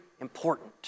important